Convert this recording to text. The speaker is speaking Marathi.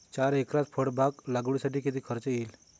चार एकरात फळबाग लागवडीसाठी किती खर्च येईल?